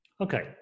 okay